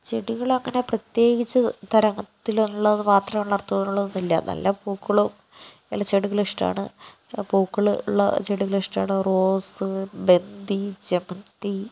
ചെടികൾ അങ്ങനെ പ്രത്യേകിച്ച് തരത്തിലുള്ളത് മാത്രമേ വളർത്തുള്ളൂ എന്നില്ല നല്ല പൂക്കളും നല്ല ചെടികളും ഇഷ്ടമാണ് നല്ല പൂക്കൾ ഉള്ള ചെടികൾ ഇഷ്ടമാണ് റോസ് ബന്ദി ജമന്തി